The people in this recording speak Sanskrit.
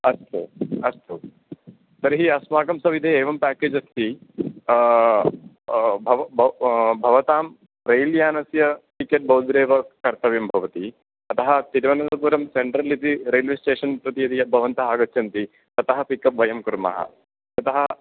अस्तु अस्तु तर्हि अस्माकं सविधे एवं पेकेज् अस्ति भव भव भवतां रेलयानस्य टिकेट् भवद्भिरेव कर्तव्यं भवति अतः तिरुवनन्तपुरं सेण्ट्रल् इति रेल्वे स्टेशन् प्रति यदि भवन्तः आगच्छन्ति ततः पिकप् वयं कुर्मः ततः